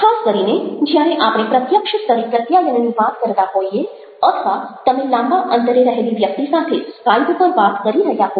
ખાસ કરીને જ્યારે આપણે પ્રત્યક્ષ સ્તરે પ્રત્યાયનની વાત કરતા હોઈએ અથવા તમે લાંબા અંતરે રહેલી વ્યક્તિ સાથે સ્કાઈપ પર વાત કરી રહ્યા હો